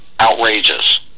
Outrageous